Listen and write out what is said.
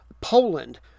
Poland